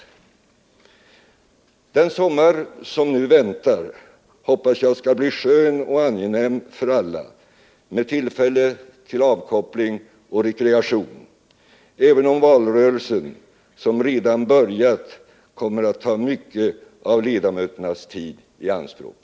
Den sommar som nu väntar hoppas jag skall bli skön och angenäm för alla med tillfälle till avkoppling och rekreation, även om valrörelsen — som redan börjat — kommer att ta mycket av ledamöternas tid i anspråk.